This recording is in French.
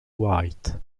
wright